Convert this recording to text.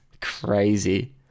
Crazy